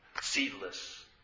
seedless